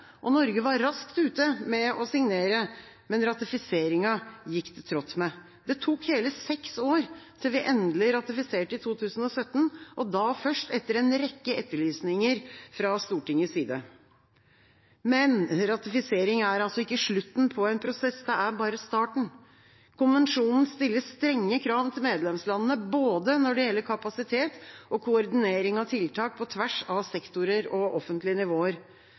2011. Norge var raskt ute med å signere, men ratifiseringen gikk det trått med. Det tok hele seks år før vi endelig ratifiserte i 2017, og da først etter en rekke etterlysninger fra Stortingets side. Men ratifisering er altså ikke slutten på en prosess, det er bare starten. Konvensjonen stiller strenge krav til medlemslandene når det gjelder både kapasitet og koordinering av tiltak på tvers av sektorer og offentlige nivåer.